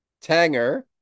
Tanger